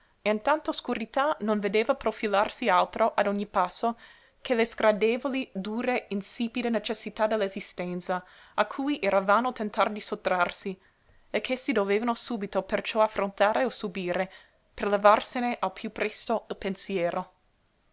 e in tanta oscurità non vedeva profilarsi altro a ogni passo che le sgradevoli dure ispide necessità dell'esistenza a cui era vano tentar di sottrarsi e che si dovevano subito perciò affrontare o subire per levarsene al piú presto il pensiero